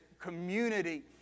community